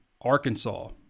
Arkansas